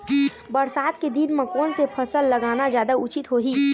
बरसात के दिन म कोन से फसल लगाना जादा उचित होही?